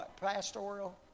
pastoral